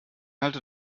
halte